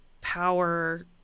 power